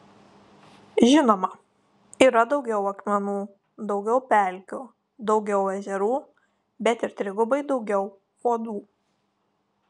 žinoma yra daugiau akmenų daugiau pelkių daugiau ežerų bet ir trigubai daugiau uodų